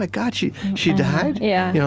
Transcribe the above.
ah god, she she died? yeah yeah